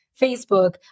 Facebook